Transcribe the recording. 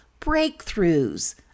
breakthroughs